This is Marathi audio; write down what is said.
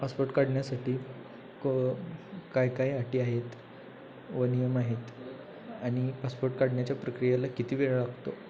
पासपोट काढण्यासाठी क काय काय अटी आहेत व नियम आहेत आणि पासपोट काढण्याच्या प्रक्रियेला किती वेळ लागतो